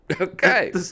Okay